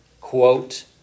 quote